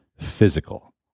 Physical